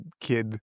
kid